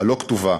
הלא-כתובה,